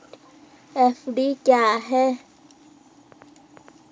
FD क्या है?